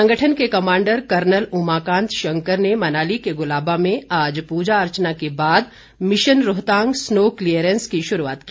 संगठन के commander colonel Umakant Shankar ने मनाली के गुलाबा में आज प्रजा अर्चना के बाद मिशन रोहतांग स्नो क्लीयरेंस की शुरूआत की